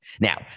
Now